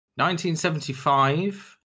1975